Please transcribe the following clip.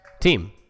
team